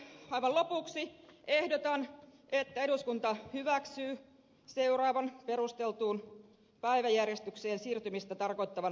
aivan lopuksi ehdotan että eduskunta hyväksyy seuraavan perusteltuun päiväjärjestykseen siirtymistä tarkoittavan lausuman